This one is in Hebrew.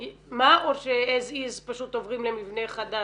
או ש-as is פשוט עוברים למבנה חדש?